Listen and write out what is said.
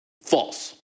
false